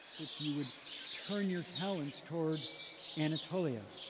if you would turn your talents toward anatolia.